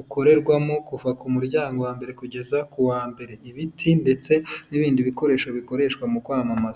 ukorerwamo kuva ku muryango wa mbere, kugeza ku wa mbere, ibiti ndetse n'ibindi bikoresho bikoreshwa mu kwamamaza.